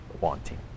wanting